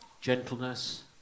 gentleness